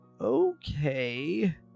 Okay